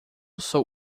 sou